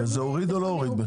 זה הוריד או לא הוריד מחירים?